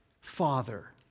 Father